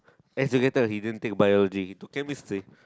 as you can tell he didn't take Biology he took chemistry